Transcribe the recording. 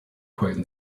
coin